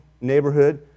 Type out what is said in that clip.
neighborhood